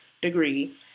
degree